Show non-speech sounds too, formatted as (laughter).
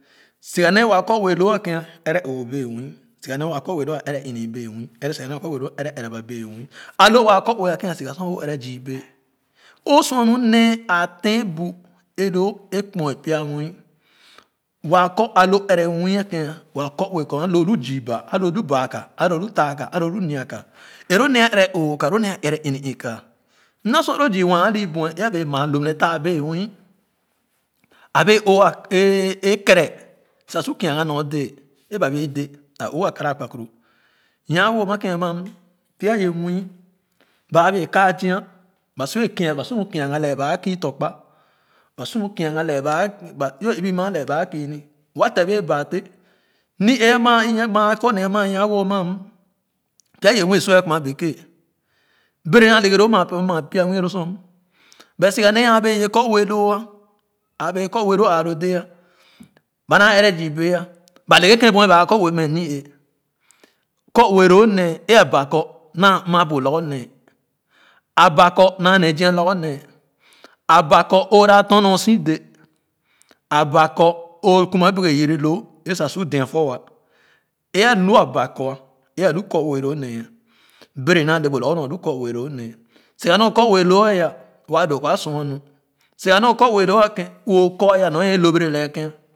Siga nee waa kɔ ue loo a ken ɛrɛ oo bee nwii siga nee waa kɔ ue loo ɛrɛ ini-ii bee nwii é siga nee waa kɔ ue loo ɛrɛ ɛrɛba bee nwii a lo maa kɔ ue a ken siga sor o ɛrɛ zii bee o sua nu nee a ten bu cho e kpoa pya nwii waa kɔ alo o ɛrɛ nwii a ken waa kɔ kɔ a lo lu zü ba alo lu baa ka alo lu taaka alo lu nyaka é loo nee ɛrɛ ooka é loo nee a ɛrɛ mi-ii ka mna sua loo zü nwa ali buɛ é a bee maa lop ne taa bee nwii a bee o (hesitation) a o a kara akpakpuru nwa wo amaken pya yii nwii ba abee kaa zii ba sua kii su mu kia ga lɛɛ ba a kin tɔ̃kpa ba su mu kia ga lɛɛ ba ba si wɛɛ ibi maa lɛɛ ba a kiimi wate bee baa téh mi-ee ama (hesitation) ma kɔ nee a nwawo ame pya yɛ mii e sua kuma bekee bɛrɛ naa le-ghe loo inaa pya nwii lu sua but siga nee a bee yɛ kɔ ue loo a bee ye kɔ ue loo aaloo dee ba naa ɛrɛ zii bee ba le-ghe ken buɛ a kɔ ue me ani-ee kɔ ue loo nee ae aba kɔ naa bu lorgor nee aba kɔ na ne zia lorgor nee aba kɔ o da tɔn ɔn si de aba kɔ oo kum a bẽke yẽrɛ loo a sa su dee fuwa é alu a ba kɔ é alu kɔ we loo nee bɛrɛ naa le bu lorgor nu a lu kɔ ue loo nee siga nee oko ue loo a wa doo kɔ a sua nu siga nee okɔ ue a ken ue o kɔ ya nee lobɛrɛ lɛɛ ken.